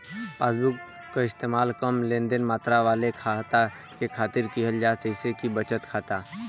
passbook क इस्तेमाल कम लेनदेन मात्रा वाले खाता के खातिर किहल जाला जइसे कि बचत खाता